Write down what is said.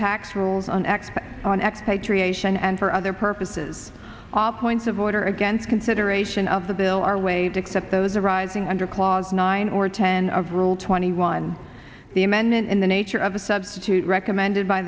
tax rolls on act on expatriation and for other purposes ah points of order against consideration of the bill are waived except those arising under clause nine or ten of rule twenty one the amendment in the nature of a substitute recommended by